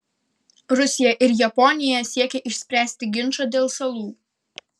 rusija ir japonija siekia išspręsti ginčą dėl salų